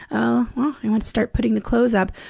ah well, i want to start putting the clothes up,